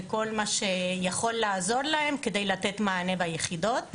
וכל מה שיכול לעזור להן כדי לתת מענה ביחידות.